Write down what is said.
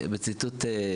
בסדר.